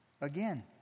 again